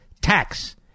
Tax